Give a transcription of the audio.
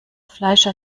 fleischer